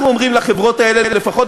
לחלופין